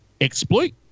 exploit